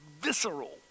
visceral